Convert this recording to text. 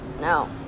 no